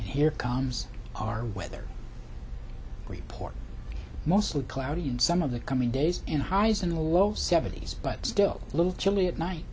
here comes our weather report mostly cloudy and some of the coming days in highs in the low seventy's but still a little chilly at night